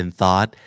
thought